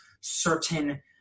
certain